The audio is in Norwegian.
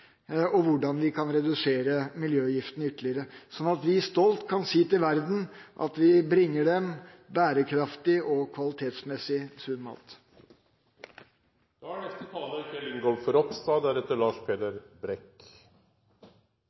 og hvordan vi kan redusere miljøgiftene ytterligere, sånn at vi stolt kan si til verden at vi bringer dem bærekraftig og kvalitetsmessig sunn mat. Jeg fortsetter i samme spor som min gode komitékollega, representanten Lars